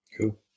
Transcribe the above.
Cool